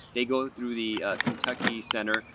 they go through the kentucky center.